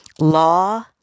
law